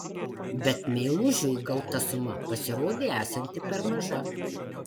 bet meilužiui gauta suma pasirodė esanti per maža